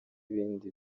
ibindi